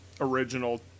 original